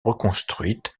reconstruite